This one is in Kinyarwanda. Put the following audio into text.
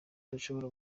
dushobora